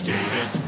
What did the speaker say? David